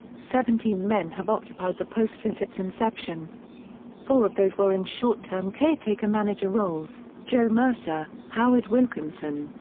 seventeen men have occupied the post since its inception four of those were in short-term caretaker manager roles joe mercer, howard wilkinson,